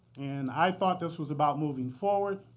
and i thought this was about moving forward,